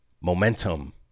momentum